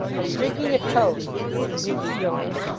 i'm drinking a toast hugh rejoined,